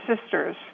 sister's